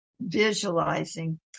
visualizing